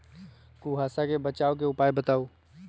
कुहासा से बचाव के उपाय बताऊ?